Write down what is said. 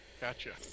Gotcha